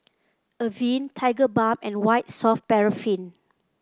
Avene Tigerbalm and White Soft Paraffin